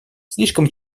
слишком